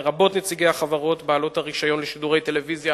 לרבות נציגי החברות בעלות הרשיון לשידורי טלוויזיה